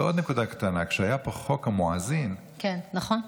ועוד נקודה קטנה, כשהיה פה חוק המואזין, כן, נכון.